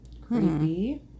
Creepy